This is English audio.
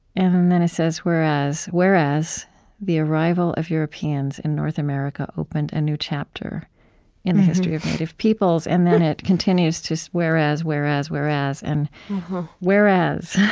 and then it says, whereas whereas the arrival of europeans in north america opened a new chapter in the history of the native peoples. and then it continues to so whereas, whereas, whereas, and whereas.